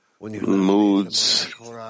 moods